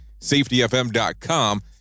safetyfm.com